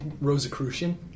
Rosicrucian